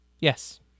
Yes